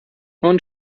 und